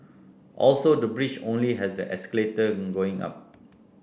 also the bridge only has the escalator going up